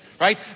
right